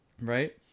right